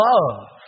Love